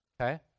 Okay